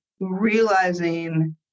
realizing